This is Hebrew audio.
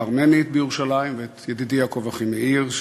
הארמנית בירושלים ואת פני ידידי יעקב אחימאיר,